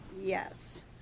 Yes